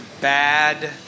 bad